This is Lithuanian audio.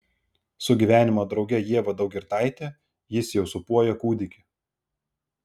su gyvenimo drauge ieva daugirdaite jis jau sūpuoja kūdikį